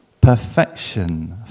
perfection